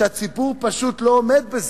והציבור פשוט לא עומד בזה.